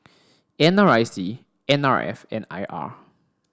N R I C N R F and I R